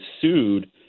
sued